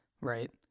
Right